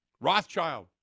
Rothschild